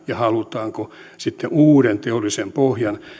ja halutaanko näitä myyntituloja käyttää sitten uuden teollisen pohjan